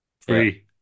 Three